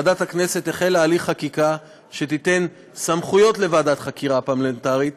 ועדת הכנסת החלה הליך חקיקה שתיתן סמכויות לוועדת חקירה פרלמנטרית